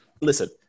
listen